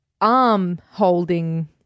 arm-holding